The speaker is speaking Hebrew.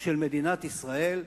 של מדינת ישראל,